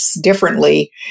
differently